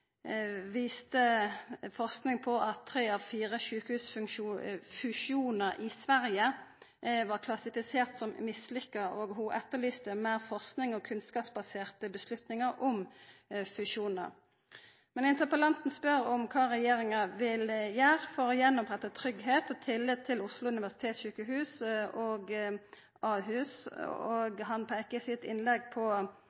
viste at tre av fire sjukehusfusjonar i Sverige var klassifiserte som mislykka. Ho etterlyste meir forsking og kunnskapsbaserte avgjerder om fusjonar. Interpellanten spør kva regjeringa vil gjera for å gjenoppretta tryggleik og tillit til Oslo universitetssykehus og Ahus, og